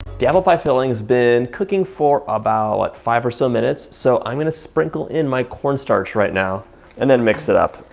the apple pie fillings been cooking for about five or so minutes. so i'm gonna sprinkle in my corn starch right now and then mix it up.